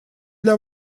для